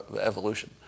evolution